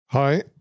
Hi